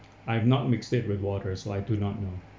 I've not mix it with water so I do not know